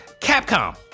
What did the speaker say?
Capcom